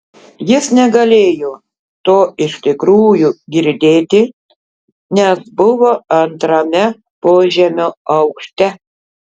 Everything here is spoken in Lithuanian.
jis negalėjo to iš tikrųjų girdėti nes buvo antrame požemio aukšte